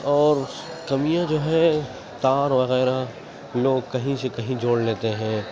اور کمیاں جو ہیں تار وغیرہ لوگ کہیں سے کہیں جوڑ لیتے ہیں